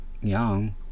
Young